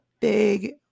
big